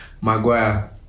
Maguire